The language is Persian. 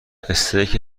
استیک